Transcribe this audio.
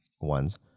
ones